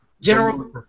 General